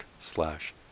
slash